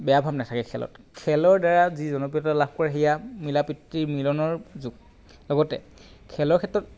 বেয়া ভাৱ নাথাকে খেলত খেলৰ দ্বাৰা যি জনপ্ৰিয়তা লাভ কৰে সেয়া মিলা প্ৰীতি মিলনৰ যুগ লগতে খেলৰ ক্ষেত্ৰত